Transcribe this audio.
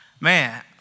man